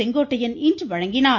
செங்கோட்டையன் இன்று வழங்கினார்